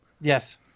yes